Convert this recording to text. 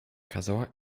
kazała